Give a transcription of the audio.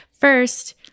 First